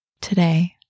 Today